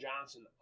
Johnson